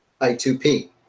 I2P